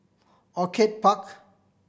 Orchid Park